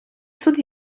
суд